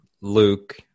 luke